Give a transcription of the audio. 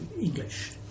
English